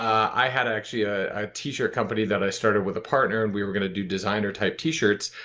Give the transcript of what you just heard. i had actually a t-shirt company that i started with a partner and we were going to do designer type t-shirts,